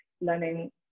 learning